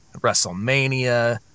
WrestleMania